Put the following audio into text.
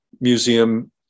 Museum